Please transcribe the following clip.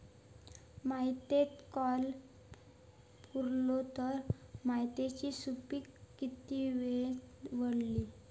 मातयेत कैर पुरलो तर मातयेची सुपीकता की वेळेन वाडतली?